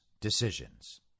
decisions